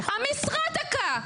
המשרד תקע.